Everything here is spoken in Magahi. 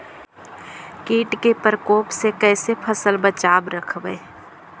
कीट के परकोप से कैसे फसल बचाब रखबय?